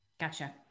gotcha